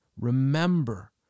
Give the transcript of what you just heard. Remember